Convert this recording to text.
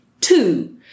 Two